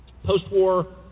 post-war